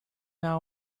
now